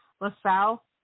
LaSalle